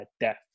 death